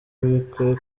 bikekwa